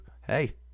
Hey